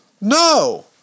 No